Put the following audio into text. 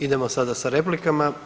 Idemo sada sa replikama.